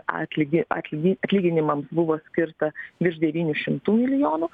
atlygį atlygį atlyginimams buvo skirta virš devynių šimtų milijonų